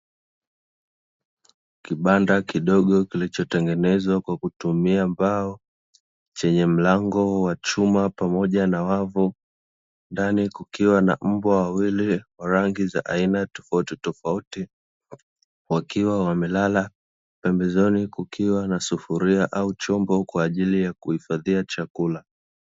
Kibanda kidogo kilichotengenezwa kwa kutumia mbao chenye mlango wa chuma pamoja na wavu, ndani kukikwa na mbwa wawili wa rangi za aina tofautitofauti wakiwa wamelala, pembezoni kukiwa na sufuria au chombo kwaajili ya kuhifadhia chakula.